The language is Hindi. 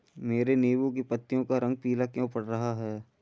मेरे नींबू की पत्तियों का रंग पीला क्यो पड़ रहा है?